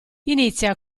inizia